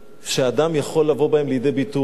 שאדם יכול לבוא בהם לידי ביטוי,